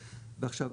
עכשיו,